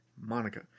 Monica